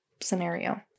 scenario